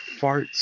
farts